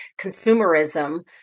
consumerism